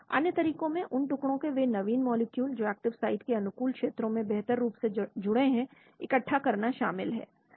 अन्य तरीकों में उन टुकड़ों के वे नवीन मॉलिक्यूल जो एक्टिव साइट के अनुकूल क्षेत्रों में बेहतर रूप से जुड़े हैं इकट्ठा करना शामिल है